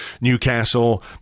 Newcastle